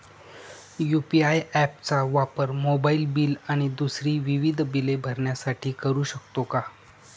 UPI app चा वापर mobile bill आणि दुसरी विविध बिले भरण्यासाठी करू शकतो का?